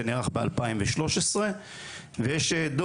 שנערך ב-2013,